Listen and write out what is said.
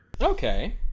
Okay